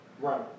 Right